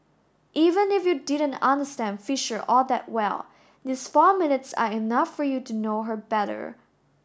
even if you didn't understand Fisher all that well these four minutes are enough for you to know her better